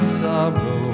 sorrow